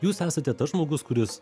jūs esate tas žmogus kuris